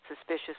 Suspicious